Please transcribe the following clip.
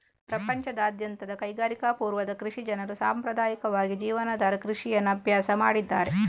ಪ್ರಪಂಚದಾದ್ಯಂತದ ಕೈಗಾರಿಕಾ ಪೂರ್ವದ ಕೃಷಿ ಜನರು ಸಾಂಪ್ರದಾಯಿಕವಾಗಿ ಜೀವನಾಧಾರ ಕೃಷಿಯನ್ನು ಅಭ್ಯಾಸ ಮಾಡಿದ್ದಾರೆ